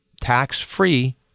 tax-free